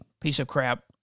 piece-of-crap